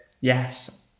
Yes